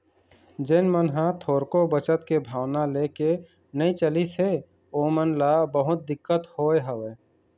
जेन मन ह थोरको बचत के भावना लेके नइ चलिस हे ओमन ल बहुत दिक्कत होय हवय